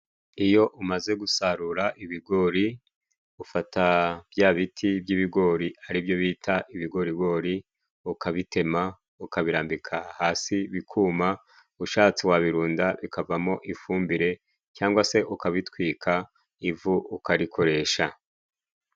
Iyo umaze gusarura ibigori, ufata bya biti by'ibigori ari byo bita ibigorigori, ukabitema ukabirambika hasi bikuma. Ushatse wabirunda bikavamo ifumbire cyangwa se ukabitwika ivu ukarikoresha.